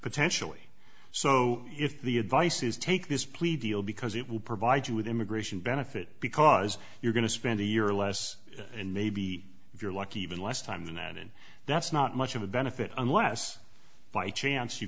potentially so if the advice is take this plea deal because it will provide you with immigration benefit because you're going to spend a year or less and maybe if you're lucky even less time than that and that's not much of a benefit unless by chance you